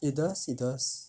it does it does